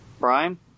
Brian